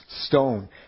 stone